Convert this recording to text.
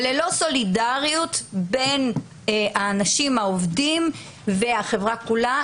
וללא סולידריות בין האנשים העובדים והחברה כולה,